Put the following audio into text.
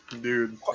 Dude